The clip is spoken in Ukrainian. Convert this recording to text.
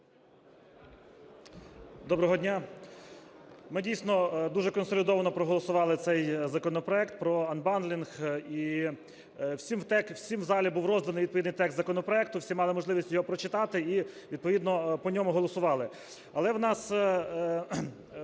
Доброго дня. Ми, дійсно, дуже консолідовано проголосували цей законопроект про анбандлінг. І всім в залі був розданий відповідний текст законопроекту, всі мали можливість його прочитати і відповідно по ньому голосували. Але в нас